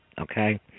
Okay